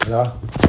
ya